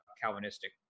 Calvinistic